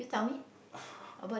oh